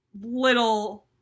little